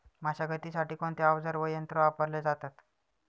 मशागतीसाठी कोणते अवजारे व यंत्र वापरले जातात?